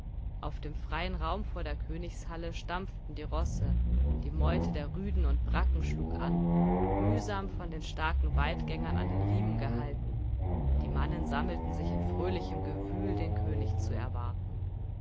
auf dem freien raum vor der königshalle stampften die rosse die meute der rüden und bracken schlug an mühsam von den starken weidgängern an den riemen gehalten die mannen sammelten sich in fröhlichem gewühl den könig zu erwarten